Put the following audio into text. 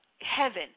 Heaven